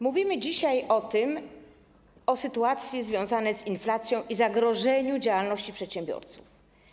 Mówimy dzisiaj o sytuacji związanej z inflacją i zagrożeniu działalności przedsiębiorców.